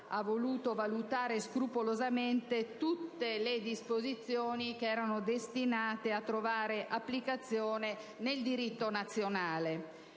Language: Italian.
ha voluto valutare scrupolosamente tutte le disposizioni destinate a trovare applicazione nel diritto nazionale.